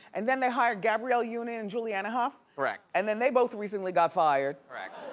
and then they hired gabrielle union and julianna hough? correct. and then they both recently got fired. correct.